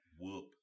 whoop